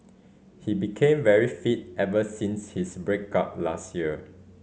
he became very fit ever since his break up last year